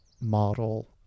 model